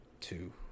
two